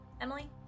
Emily